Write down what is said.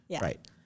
right